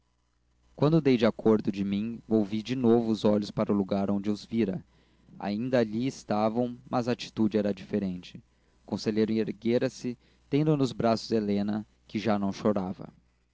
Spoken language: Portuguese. bruços quando dei acordo de mim volvi de novo os olhos para o lugar onde os vira ainda ali estavam mas a atitude era diferente o conselheiro erguera-se tendo nos braços helena que já não chorava